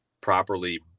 properly